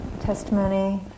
testimony